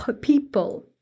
people